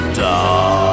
dark